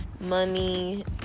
money